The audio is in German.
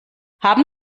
haben